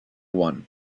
one